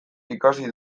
ikasi